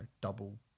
double